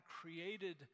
created